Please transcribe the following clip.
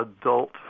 adult